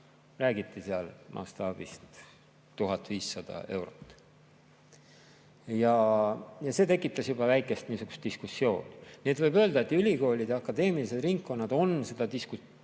Räägiti mastaabist 1500 eurot. See tekitas juba väikese diskussiooni. Nii et võib öelda, et ülikoolid ja akadeemilised ringkonnad on selle diskussiooni